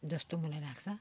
जस्तो मलाई लाग्छ